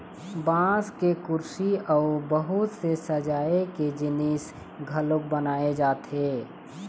बांस के कुरसी अउ बहुत से सजाए के जिनिस घलोक बनाए जाथे